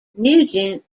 nugent